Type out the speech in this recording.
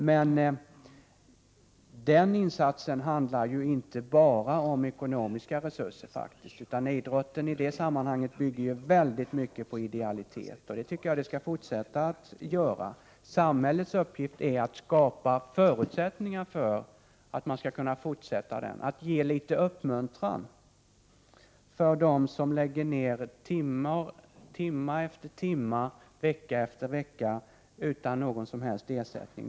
Men den insatsen handlar faktiskt inte enbart om ekonomiska resurser. Idrotten bygger i stor utsträckning på idealitet, och det tycker jag den skall fortsätta att göra. Samhällets uppgift är att skapa förutsättningar för att man skall kunna fortsätta, att ge litet uppmuntran för dem som lägger ner timme efter timme, utan någon som helst ersättning.